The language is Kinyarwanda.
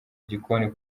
gikoni